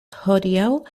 hodiaŭ